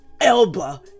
Elba